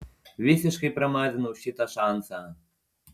visiškai pramazinau šitą šansą